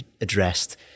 addressed